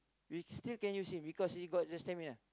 we still can use him because he got the stamina